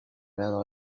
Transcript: well